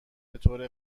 بطور